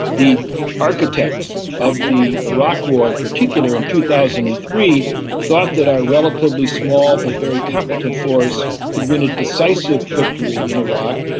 the architects of the iraq war in particular in two thousand and three thought that our relatively small but very competent force could win a decisive victory in iraq.